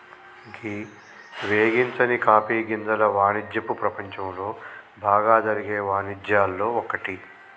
గీ వేగించని కాఫీ గింజల వానిజ్యపు ప్రపంచంలో బాగా జరిగే వానిజ్యాల్లో ఒక్కటి